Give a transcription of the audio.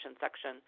section